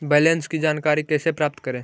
Balance की जानकारी कैसे प्राप्त करे?